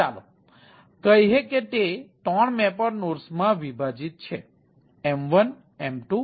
ચાલો કહીએ કે તે 3 મેપર નોડ્સમાં વિભાજિત છે M1M2M3